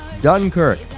Dunkirk